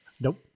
Nope